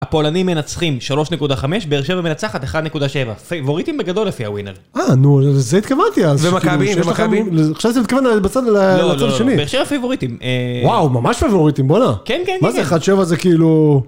הפולנים מנצחים 3.5 באר שבע מנצחת 1.7, פייבוריטים בגדול לפי הווינר. אה, נו, זה התכוונתי אז. ומכבי, ומכבי. חשבתי אתה מתכוון לצד, לצד השני. באר שבע פייבוריטים. וואו, ממש פייבוריטים, בואנה. כן, כן, כן. מה זה 1.7 זה כאילו...